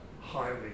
highly